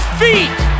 feet